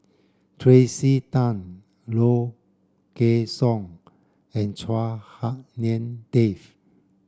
Tracey Tan Low Kway Song and Chua Hak Lien Dave